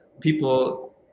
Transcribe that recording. people